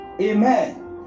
Amen